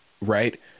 right